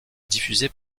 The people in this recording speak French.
diffusée